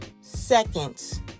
seconds